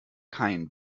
kein